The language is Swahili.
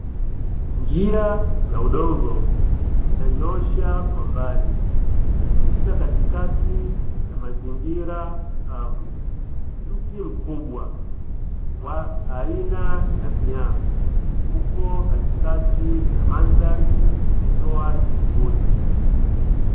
Njia ya udongo inanyoosha kwa mbali, ikipita katikati ya mazingira kavu, mti mkubwa wa aina na mianzi upo katikati ya mandhari ukitoa kimvuli.